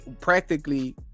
practically